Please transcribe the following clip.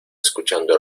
escuchando